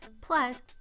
Plus